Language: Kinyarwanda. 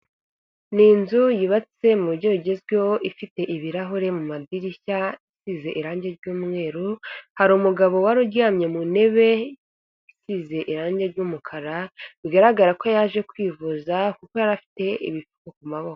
Ni inzu yubatse mu buryo bugezweho, ifite ibirahuri mu madirishya isize irangi ry'umweru, hari umugabo wari uryamye mu ntebe isize irangi ry'umukara, bigaragara ko yaje kwivuza kuko yari afite ibipfuko ku maboko.